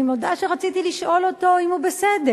אני מודה שרציתי לשאול אותו אם הוא בסדר.